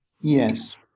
Yes